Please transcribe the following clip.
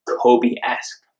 Kobe-esque